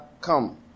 come